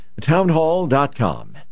Townhall.com